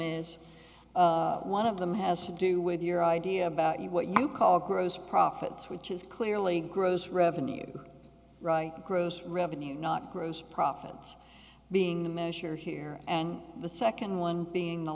is one of them has to do with your idea about what you call gross profits which is clearly gross revenue right gross revenue not gross profits being the measure here and the second one being the